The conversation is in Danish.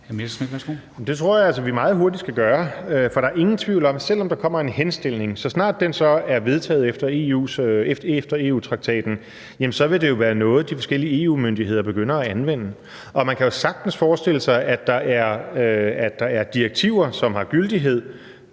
Det tror jeg altså vi meget hurtigt skal gøre, for der er ingen tvivl om, at selv om der kommer en henstilling, vil det, så snart den er vedtaget efter EU-traktaten, være noget, de forskellige EU-myndigheder begynder at anvende. Og man kan jo sagtens forestille sig, at der er direktiver, som har gyldighed,